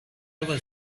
was